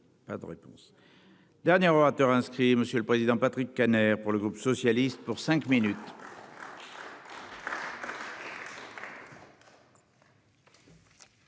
Pas de réponse. Dernier orateur inscrit, Monsieur le Président, Patrick Kanner pour le groupe socialiste pour cinq minutes.